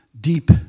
deep